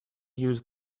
use